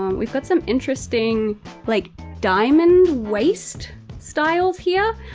um we've got some interesting like diamond waist styles here.